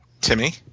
Timmy